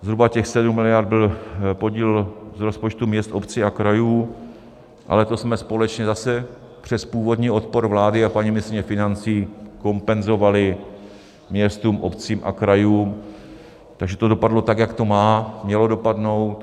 Zhruba těch 7 miliard byl podíl z rozpočtu měst, obcí a krajů, ale to jsme společně zase přes původní odpor vlády a paní ministryně financí kompenzovali městům, obcím a krajům, takže to dopadlo, tak jak to má, mělo dopadnout.